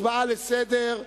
הצעה לסדר-היום,